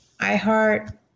iHeart